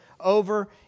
over